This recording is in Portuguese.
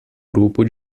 grupo